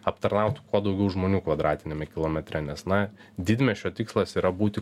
aptarnauti kuo daugiau žmonių kvadratiniame kilometre nes na didmiesčio tikslas yra būti